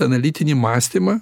analitinį mąstymą